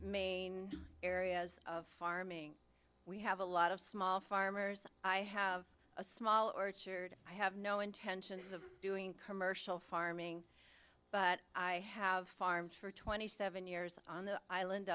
main areas of farming we have a lot of small farmers i have a small orchard i have no intentions of doing commercial farming but i have farmed for twenty seven years on the island